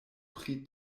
pri